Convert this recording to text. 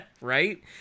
right